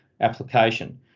application